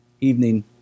evening